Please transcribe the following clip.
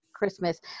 Christmas